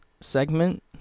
segment